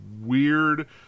weird